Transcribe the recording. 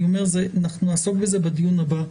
אני אומר שאנחנו נעסוק בזה בדיון הבא.